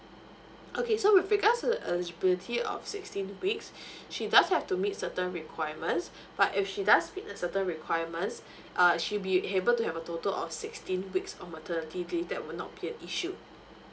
okay so with regards to the eligibility of sixteen weeks she just have to meet certain requirements but if she does meet a certain requirements uh she'll be able to have a total of sixteen weeks of maternity leave that will not be an issue